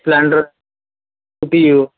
splendor dio